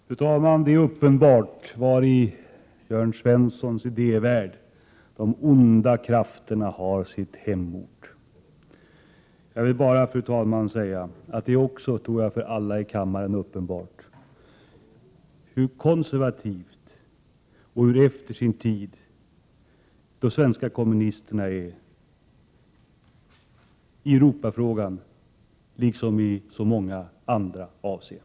Fru talman! Det är uppenbart var i Jörn Svenssons idévärld de onda krafterna har sin hemort. Jag tror att det också är uppenbart för alla i 69 kammaren hur konservativa och efter sin tid de svenska kommunisterna är i Europafrågan liksom i så många andra avseenden,